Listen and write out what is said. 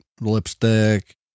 Lipstick